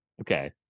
Okay